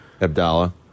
Abdallah